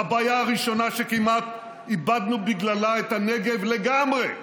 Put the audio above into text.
הבעיה הראשונה, שכמעט איבדנו בגללה את הנגב לגמרי,